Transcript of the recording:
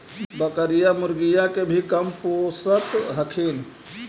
बकरीया, मुर्गीया के भी कमपोसत हखिन?